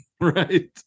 Right